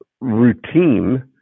routine